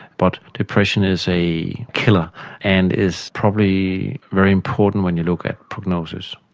but depression is a killer and is probably very important when you look at prognosis.